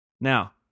Now